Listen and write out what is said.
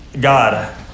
God